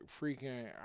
freaking